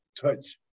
touch